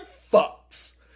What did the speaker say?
fucks